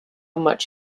much